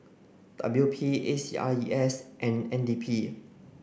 W P A C R E S and N D P